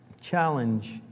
challenge